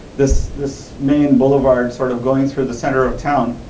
this this main boulevard sort of going through the center of town.